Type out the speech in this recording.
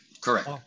Correct